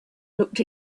looked